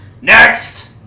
Next